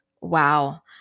Wow